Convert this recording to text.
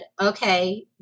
okay